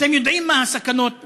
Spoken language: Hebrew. אתם יודעים מה הסכנות,